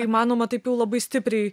įmanoma taip jau labai stipriai